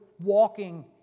walking